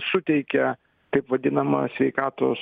suteikia taip vadinamą sveikatos